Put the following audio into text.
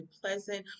pleasant